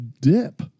dip